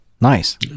Nice